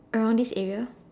around this area